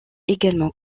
également